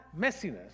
messiness